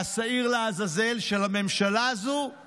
והשעיר לעזאזל של הממשלה הזו הוא